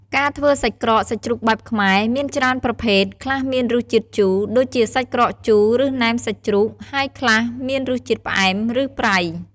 ការធ្វើសាច់ក្រកសាច់ជ្រូកបែបខ្មែរ មានច្រើនប្រភេទ ខ្លះមានរសជាតិជូរ ដូចជាសាច់ក្រកជូរ ឬណែមសាច់ជ្រូក ហើយខ្លះមានរសជាតិផ្អែម ឬប្រៃ។